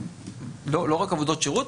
לא רק עבודות שירות.